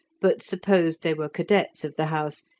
but supposed they were cadets of the house,